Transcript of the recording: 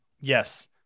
yes